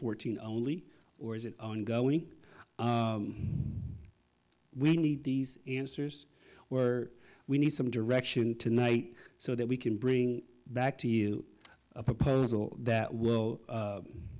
fourteen only or is it ongoing we need these answers were we need some direction tonight so that we can bring back to you a proposal that will